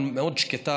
מאוד שקטה,